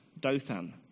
Dothan